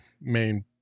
main